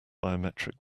biometric